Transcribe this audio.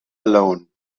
alone